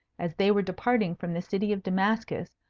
as they were departing from the city of damascus,